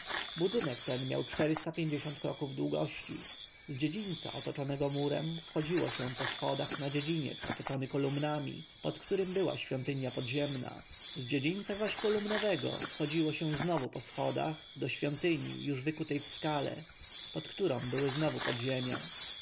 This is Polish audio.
budynek ten miał czterysta pięćdziesiąt kroków długości z dziedzińca otoczonego murem wchodziło się po schodach na dziedziniec otoczony kolumnami pod którym była świątynia podziemna z dziedzińca zaś kolumnowego wchodziło się znowu po schodach do świątyni już wykutej w skale pod którą były znowu podziemia